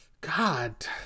God